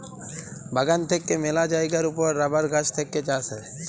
বাগান থেক্যে মেলা জায়গার ওপর রাবার গাছ থেক্যে চাষ হ্যয়